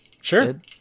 Sure